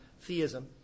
theism